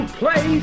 play